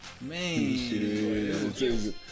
Man